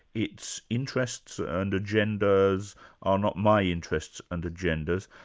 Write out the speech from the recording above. its interests and agendas are not my interests and agendas,